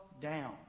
down